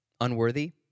unworthy